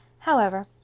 however,